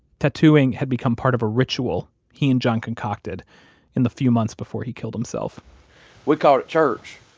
tattooing had become part of a ritual he and john concocted in the few months before he killed himself we called it church